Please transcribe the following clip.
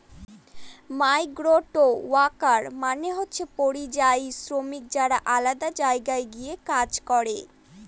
migrant worker মানে হচ্ছে পরিযায়ী শ্রমিক যারা আলাদা জায়গায় গিয়ে কাজ করে